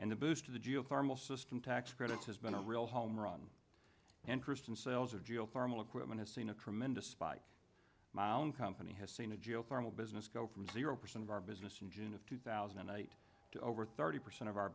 a boost to the geothermal system tax credit has been a real home run interest and sales of geothermal equipment has seen a tremendous spike my own company has seen a geothermal business go from zero percent of our business in june of two thousand and eight to over thirty percent of our